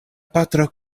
patro